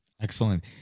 Excellent